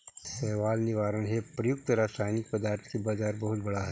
शैवाल निवारण हेव प्रयुक्त रसायनिक पदार्थ के बाजार बहुत बड़ा हई